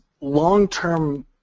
long-term